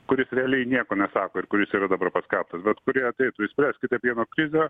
kuris realiai nieko nesako ir kuris yra dabar paskelbtas bet kuri ateitų išspręskite pieno krizę